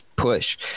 push